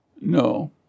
No